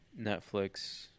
Netflix